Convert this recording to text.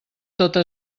tota